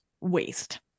waste